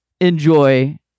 enjoy